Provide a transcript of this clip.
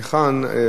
אפשר לשתף,